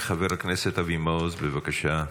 חבר הכנסת אבי מעוז, בבקשה.